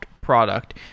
product